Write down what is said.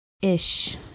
Ish